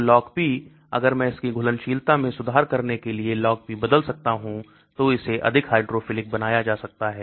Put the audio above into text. तो LogP अगर मैं इसकी घुलनशीलता में सुधार करने के लिए LogP बदल सकता हूं तो इसे अधिक हाइड्रोफिलिक बनाया जा सकता है